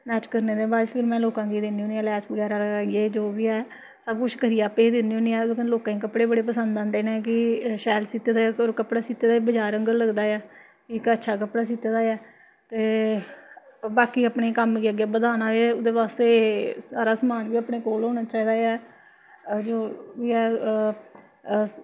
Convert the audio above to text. match करने दे बाद फिर में लोकें गी दिन्नी होन्ने आं लैस बगैरा लगाइयै जो बी ऐ सब कुछ करियै आपें गै करियै दिन्नी होन्नी आं ओह्दे कन्नै लोकें गी कपड़े बड़े पसंद आंदे न कि शैल सीते दे कपड़े सीते दे बजार आंह्गर लगदा ऐ इक अच्छा कपड़ा सीते दा ऐ ते बाकी अपने कम्म गी अग्गें बधाने होऐ ओह्दे बास्तै सारा समान बी अपने कोल होना चाहिदा ऐ